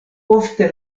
ofte